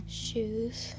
shoes